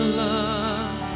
love